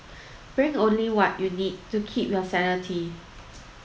bring only what you need to keep your sanity